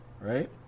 Right